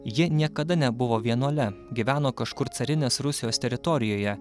ji niekada nebuvo vienuole gyveno kažkur carinės rusijos teritorijoje